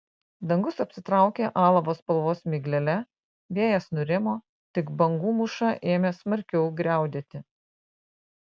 dangus apsitraukė alavo spalvos miglele vėjas nurimo tik bangų mūša ėmė smarkiau griaudėti